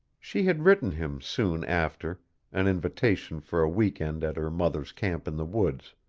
she had written him soon after an invitation for a week-end at her mother's camp in the woods.